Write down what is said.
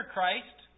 Christ